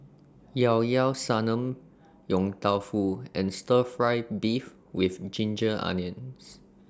Llao Llao Sanum Yong Tau Foo and Stir Fry Beef with Ginger Onions